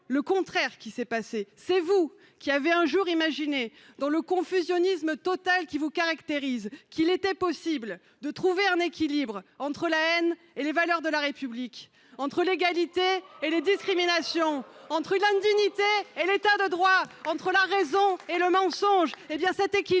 le contraire qui s’est passé. C’est vous qui avez un jour imaginé, dans le confusionnisme total qui vous caractérise, qu’il était possible de trouver un équilibre entre la haine et les valeurs de la République, entre l’égalité et les discriminations, entre l’indignité et l’État de droit, entre la raison et le mensonge.